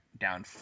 down